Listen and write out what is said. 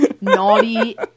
naughty